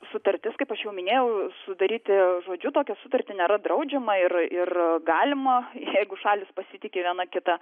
sutartis kaip aš jau minėjau sudaryti žodžiu tokią sutartį nėra draudžiama ir ir galima jeigu šalys pasitiki viena kita